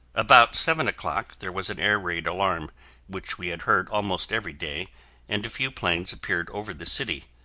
about seven o'clock, there was an air raid alarm which we had heard almost every day and a few planes appeared over the city.